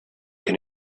can